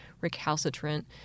recalcitrant